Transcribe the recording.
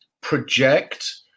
project